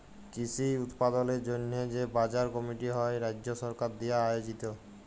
কৃষি উৎপাদলের জন্হে যে বাজার কমিটি হ্যয় রাজ্য সরকার দিয়া আয়জিত